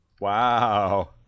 Wow